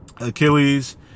Achilles